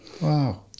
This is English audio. Wow